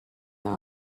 that